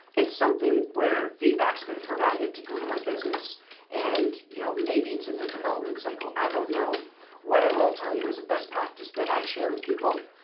it's something where feedback has been provided to google my business and you know, maybe it's in their development cycle. i don't know what i will tell you as a best practice that i share with people.